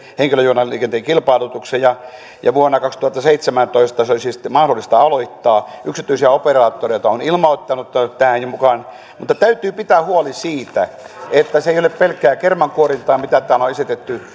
henkilöjunaliikenteen kilpailutuksen ja ja vuonna kaksituhattaseitsemäntoista se olisi sitten mahdollista aloittaa yksityisiä operaattoreita on ilmoittautunut tähän jo mukaan mutta täytyy pitää huoli siitä että se ei ole pelkkää kermankuorintaa mitä täällä on esitetty